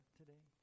today